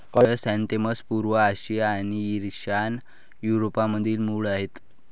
chrysanthemums पूर्व आशिया आणि ईशान्य युरोपमधील मूळ आहेत